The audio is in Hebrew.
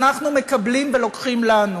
אנחנו מקבלים ולוקחים לנו,